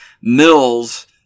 Mills